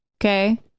okay